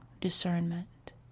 discernment